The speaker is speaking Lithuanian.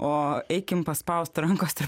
o eikim paspaust rankos taip